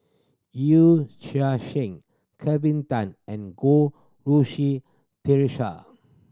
Yee Chia Hsing Kelvin Tan and Goh Rui Si Theresa